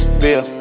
feel